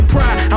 Pride